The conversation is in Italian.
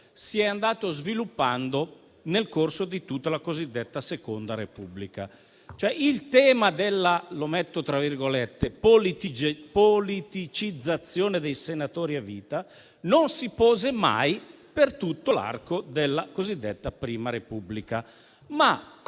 si è andato sviluppando nel corso di tutta la cosiddetta Seconda Repubblica. Il tema della "politicizzazione" dei senatori a vita non si pose mai per tutto l'arco della cosiddetta Prima Repubblica.